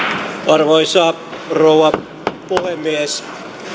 arvoisa rouva puhemies